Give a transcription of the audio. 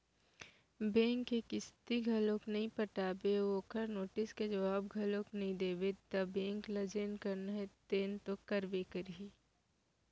bank के किस्ती ल घलोक नइ पटाबे अउ ओखर नोटिस के जवाब घलोक नइ देबे त बेंक ल जेन करना हे तेन तो करबे करही